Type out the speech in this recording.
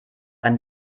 ein